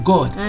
God